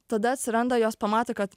tada atsiranda jos pamato kad